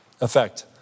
effect